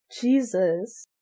Jesus